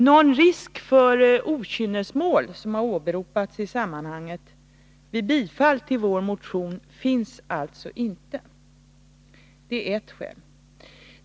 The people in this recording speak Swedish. Någon risk för okynnesmål, som har åberopats i sammanhanget — vid ett bifall till vår motion —- finns alltså inte. Det är ett skäl.